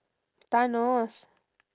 thanos